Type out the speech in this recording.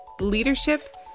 leadership